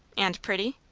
and pretty?